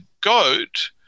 goat